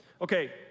Okay